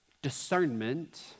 discernment